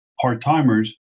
part-timers